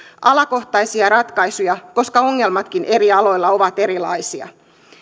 alakohtaisia ratkaisuja koska ongelmatkin eri aloilla ovat erilaisia